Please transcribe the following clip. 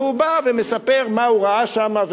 והוא בא ומספר מה הוא ראה שם.